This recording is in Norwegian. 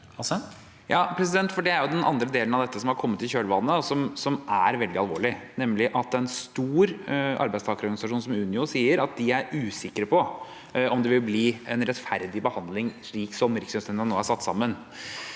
(H) Den andre delen av det som har kommet i kjølvannet av dette, og som er veldig alvorlig, er at en stor arbeidstakerorganisasjon som Unio sier at de er usikre på om det vil bli en rettferdig behandling slik Rikslønnsnemnda nå er satt sammen.